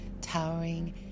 towering